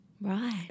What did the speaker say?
Right